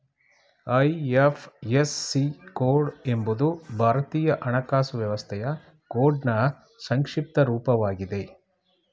IFSC code ಎಂಬುದು ಭಾರತೀಯ ಹಣಕಾಸು ವ್ಯವಸ್ಥೆಯ ಕೋಡ್ನ್ ಸಂಕ್ಷಿಪ್ತ ರೂಪವಾಗಿದೆ